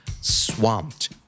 swamped